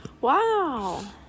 Wow